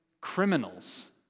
criminals